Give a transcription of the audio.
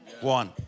one